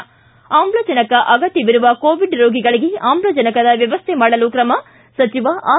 ಿ ಆಮ್ಲಜನಕ ಅಗತ್ಯವಿರುವ ಕೊವಿಡ್ ರೋಗಿಗಳಿಗೆ ಆಮ್ಲಜನಕದ ವ್ಯವಸ್ಥೆ ಮಾಡಲು ಕ್ರಮ ಸಚಿವ ಆರ್